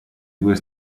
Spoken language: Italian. due